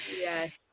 Yes